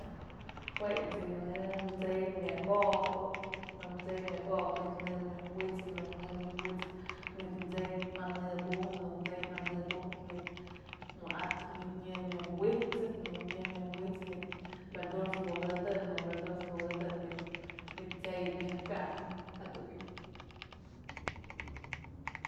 Jue ts'ey kyanë mtse'ey myëk okëp, në ko'o tse'ey myëk okëp manytë në myoj wi'isëp, në ko'o në myoj wi'isëp manytë tse'ey anë bujëp, në ko'o tse'eya¨në bujëp, manytë wa'atëp nyë myoj wi'isëp, në ko'o në myoj wi'isëp manytë verdura kujëdëp, në ko'o verdura kujëdëp manytë tse'ey ji'ib myaj kanëp jaduyë.